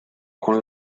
con